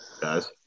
guys